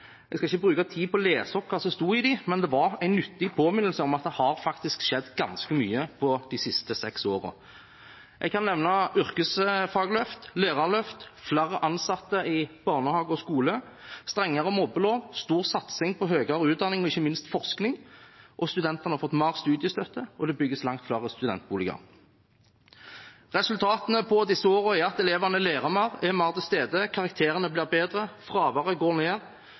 Jeg skal ikke bruke tid på å lese opp hva som sto der, men det var en nyttig påminnelse om at det faktisk har skjedd ganske mye de siste seks årene. Jeg kan nevne yrkesfagløft, lærerløft, flere ansatte i barnehage og skole, strengere mobbelov, stor satsing på høyere utdanning og ikke minst forskning, studentene har fått mer studiestøtte, og det bygges langt flere studentboliger. Resultatene på disse årene er at elevene lærer mer og er mer til stede, karakterene blir bedre, fraværet går